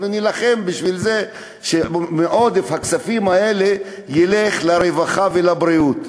אנחנו נילחם כדי שעודף הכספים הזה ילך לרווחה ולבריאות,